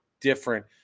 different